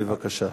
בבקשה.